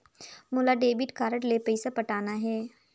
मोला debit card ले पइसा पटाना हे?